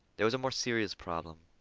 there was a more serious problem.